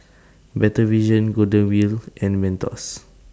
Better Vision Golden Wheel and Mentos